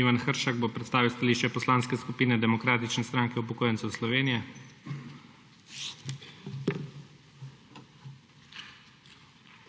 Ivan Hršak bo predstavil stališče Poslanske skupine Demokratične stranke upokojencev Slovenije. **IVAN